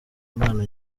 impano